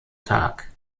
tag